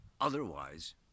Otherwise